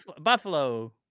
Buffalo